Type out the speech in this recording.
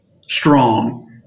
strong